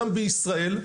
גם בישראל,